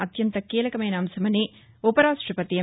అత్యంత కీలకమైన అంశమని ఉవరాష్టపతి ఎం